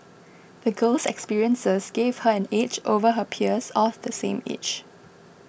the girl's experiences gave her an edge over her peers of the same age